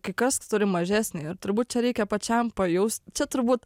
kai kas turi mažesnį ir turbūt čia reikia pačiam pajaust čia turbūt